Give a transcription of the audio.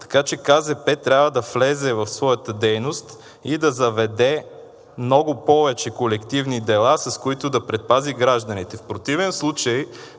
Така че КЗП трябва да влезе в своята дейност и да заведе много повече колективни дела, с които да предпази гражданите.